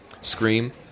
scream